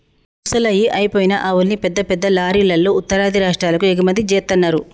ముసలయ్యి అయిపోయిన ఆవుల్ని పెద్ద పెద్ద లారీలల్లో ఉత్తరాది రాష్టాలకు ఎగుమతి జేత్తన్నరు